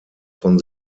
von